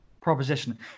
proposition